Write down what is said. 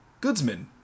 Goodsman